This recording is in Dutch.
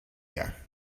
jaar